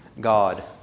God